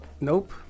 Nope